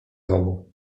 domu